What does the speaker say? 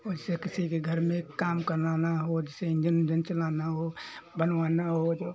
वैसे किसी के घर में काम कराना हो जैसे इंजन उन्जन चलाना हो बनवाना हो